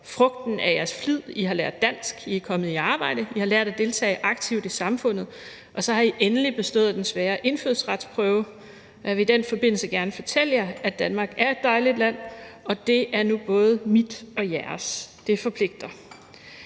frugten af jeres flid; I har lært dansk, I er kommet i arbejde, I har lært at deltage aktivt i samfundet, og så har I endelig bestået den svære indfødsretsprøve. Og jeg vil i den forbindelse gerne fortælle jer, at Danmark er et dejligt land, og det er nu både mit og jeres – det forpligter.